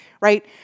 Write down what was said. right